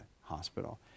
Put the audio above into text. hospital